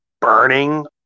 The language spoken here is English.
burning